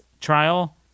trial